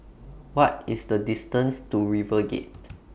What IS The distance to River Gate